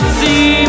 see